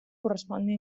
correspongui